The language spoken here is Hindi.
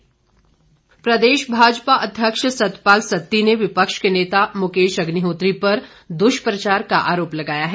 सत्ती प्रदेश भाजपा अध्यक्ष सतपाल सत्ती ने विपक्ष के नेता मुकेश अग्निहोत्री पर दुष्प्रचार का आरोप लगाया है